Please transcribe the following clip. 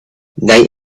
night